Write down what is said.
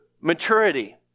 maturity